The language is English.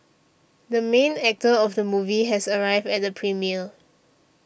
the main actor of the movie has arrived at the premiere